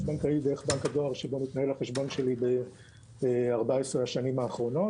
בנקאי דרך בנק הדואר שבו מתנהל החשבון שלי ב-14 השנים האחרונות.